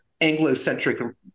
Anglo-centric